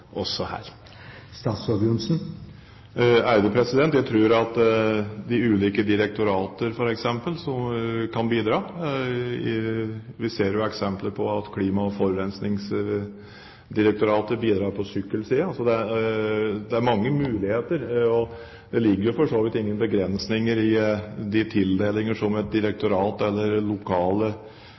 også her? Jeg tror at de ulike direktorater, f.eks., kan bidra. Vi ser eksempel på at Klima- og forurensningsdirektoratet bidrar på sykkelsiden. Så det er mange muligheter. Det ligger for så vidt ingen begrensninger i det et direktorat,